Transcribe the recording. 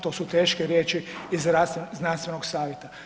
To su teške riječi iz znanstvenog savjeta.